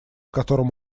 котором